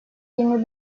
yirmi